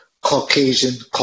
Caucasian